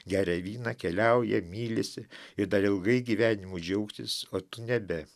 geria vyną keliauja mylisi ir dar ilgai gyvenimu džiaugtis o tu nebesi